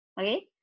Okay